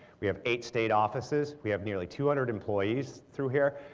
we have eight state offices, we have nearly two hundred employees through here,